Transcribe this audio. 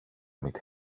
mitt